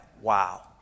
wow